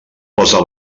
posa